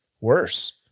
worse